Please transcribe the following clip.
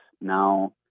now